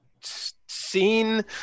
seen